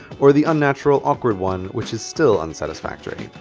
or the unnatural awkward one which is still unsatisfactory.